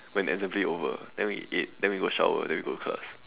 when assembly over then we ate then we go shower then we go class